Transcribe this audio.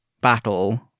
battle